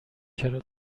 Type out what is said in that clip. چرا